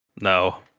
No